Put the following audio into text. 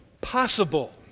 possible